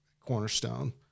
Cornerstone